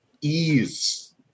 ease